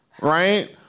right